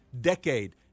decade